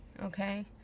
Okay